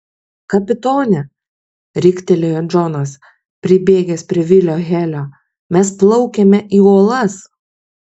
kapitone riktelėjo džonas pribėgęs prie vilio helio mes plaukiame į uolas